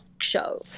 show